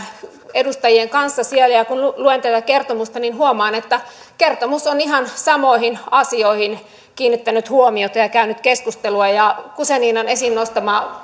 edustajien kanssa siellä ja ja kun luen tätä kertomusta niin huomaan että kertomus on ihan samoihin asioihin kiinnittänyt huomiota ja niistä käynyt keskustelua ja guzeninan esiin nostama